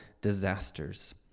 disasters